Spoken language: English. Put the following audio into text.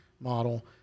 model